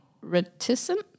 reticent